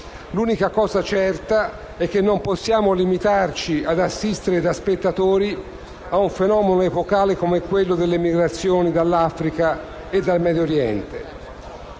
L'unica cosa certa è che non possiamo limitarci ad assistere da spettatori a un fenomeno epocale come quello delle migrazioni dall'Africa e dal Medio Oriente.